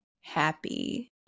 happy